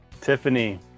Tiffany